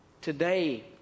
Today